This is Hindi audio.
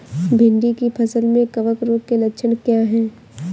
भिंडी की फसल में कवक रोग के लक्षण क्या है?